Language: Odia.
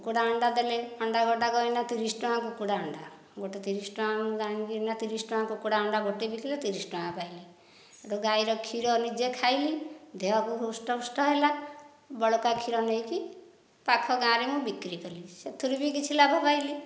କୁକୁଡ଼ା ଅଣ୍ଡା ଦେଲେ ଅଣ୍ଡା ଗୋଟାକ ତିରିଶ ଟଙ୍କା କୁକୁଡ଼ା ଅଣ୍ଡା ଗୋଟିଏ ତିରିଶ ଟଙ୍କା କୁକୁଡ଼ା ଅଣ୍ଡା ବିକିଲେ ତିରିଶ ଟଙ୍କା ପାଇଲି ସେହିଠାରୁ ଗାଈର କ୍ଷୀର ନିଜେ ଖାଇଲି ଦେହକୁ ହୃଷ୍ଟଫୃଷ୍ଟ ହେଲା ବଳକା କ୍ଷୀର ନେଇକି ପାଖ ଗାଁରେ ମୁଁ ବିକ୍ରି କଲି ସେଥିରୁ ବି କିଛି ଲାଭ ପାଇଲି